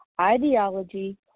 ideology